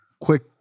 Quick